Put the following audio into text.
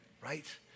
Right